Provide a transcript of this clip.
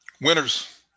Winners